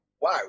wow